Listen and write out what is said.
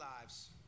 lives